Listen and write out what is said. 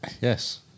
Yes